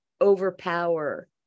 overpower